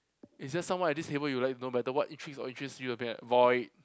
is there someone at this table you like to knw better what intrigues or interest you void